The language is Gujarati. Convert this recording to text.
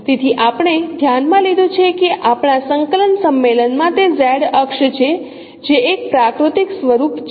તેથી આપણે ધ્યાનમાં લીધું છે કે આપણા સંકલન સંમેલનમાં તે Z અક્ષ છે જે એક પ્રાકૃતિક સ્વરૂપ છે